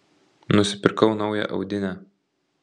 nusipirkau naują audinę